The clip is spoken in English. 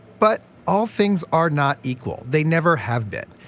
but, all things are not equal. they never have been.